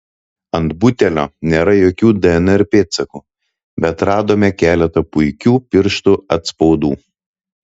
ant butelio nėra jokių dnr pėdsakų bet radome keletą puikių pirštų atspaudų